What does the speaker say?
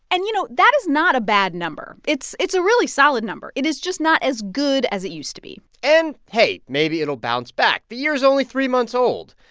and, you know, that is not a bad number. it's it's a really solid number. it is just not as good as it used to be and hey, maybe it'll bounce back. the year is only three months old.